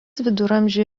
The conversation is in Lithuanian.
viduramžių